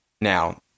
now